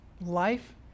life